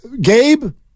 Gabe